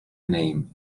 name